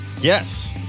Yes